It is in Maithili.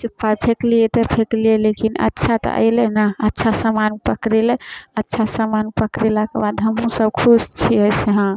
से पाइ फेकलिए तऽ फेकलिए लेकिन अच्छा तऽ अएलै ने अच्छा सामान पकड़ेलै अच्छा सामान पकड़ेलाके बाद हमहूँसभ खुश छिए से हँ